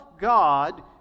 god